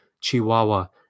Chihuahua